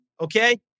Okay